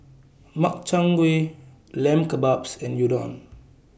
Makchang Gui Lamb Kebabs and Udon